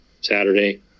Saturday